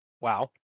wow